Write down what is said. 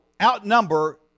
outnumber